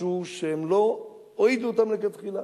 מהם משהו שלא הועידו אותם לו לכתחילה.